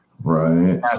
Right